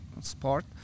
sport